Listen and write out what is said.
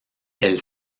elle